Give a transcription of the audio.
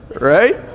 right